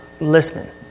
listening